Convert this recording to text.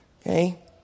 Okay